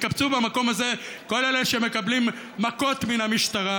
התקבצו במקום הזה כל אלה שמקבלים מכות מן המשטרה,